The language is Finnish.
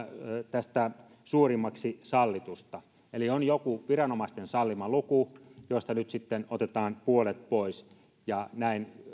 tästä suurimmaksi sallitusta eli on joku viranomaisten sallima luku josta nyt sitten otetaan puolet pois ja näin